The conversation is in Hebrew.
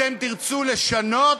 אתם תרצו לשנות,